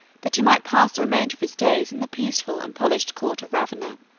that he might pass the remainder of his days in the peaceful and polished court of ravenna.